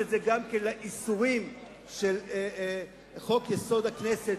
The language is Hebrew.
גם את זה לאיסורים בחוק-יסוד: הכנסת,